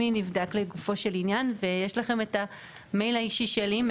זה נבדק לגופו של עניין ויש לכם את המייל האישי שלי.